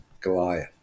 Goliath